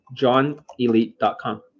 JohnElite.com